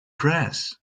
grass